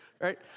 Right